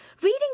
reading